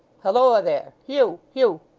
halloa there! hugh hugh.